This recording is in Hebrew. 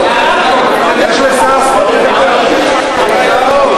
חבר הכנסת פרוש, בבקשה.